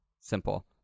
simple